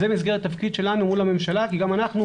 זה במסגרת התפקיד שלנו מול הממשלה, כי גם אנחנו